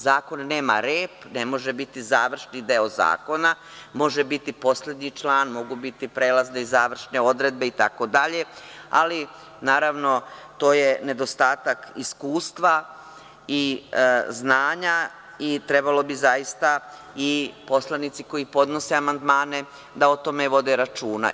Zakon nema rep, ne može biti završni deo zakona, može biti poslednji član, mogu biti prelazne i završne odredbe itd, ali naravno, to je nedostatak iskustva i znanja i trebalo bi zaista i poslanici koji podnose amandmane da o tome vode računa.